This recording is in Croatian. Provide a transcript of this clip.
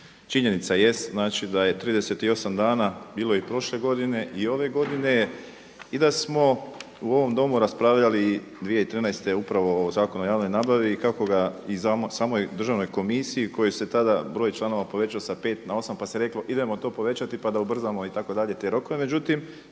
činjenica jest da je 38 dana bilo i prošle godine i ove godine i da smo u ovom Domu raspravljali 2013. upravo o Zakonu o javnoj nabavi i samoj državnoj komisiji kojih se tada broj članova povećao sa 5 na 8, pa se reklo idemo to povećati, pa da ubrzamo te rokove.